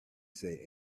say